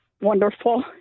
wonderful